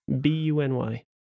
B-U-N-Y